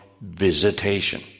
visitation